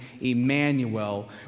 Emmanuel